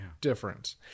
difference